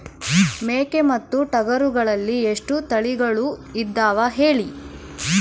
ಮೇಕೆ ಮತ್ತು ಟಗರುಗಳಲ್ಲಿ ಎಷ್ಟು ತಳಿಗಳು ಇದಾವ ಹೇಳಿ?